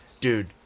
dude